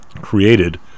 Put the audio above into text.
created